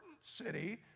city